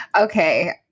Okay